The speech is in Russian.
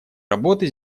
работы